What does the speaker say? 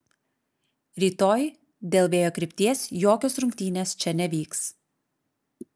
rytoj dėl vėjo krypties jokios rungtynės čia nevyks